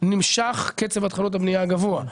נמשך קצב התחלות הבנייה הגבוה.